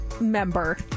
member